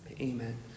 Amen